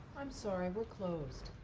i'm sorry, we're closed.